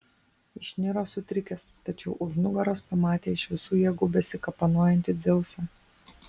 išniro sutrikęs tačiau už nugaros pamatė iš visų jėgų besikapanojantį dzeusą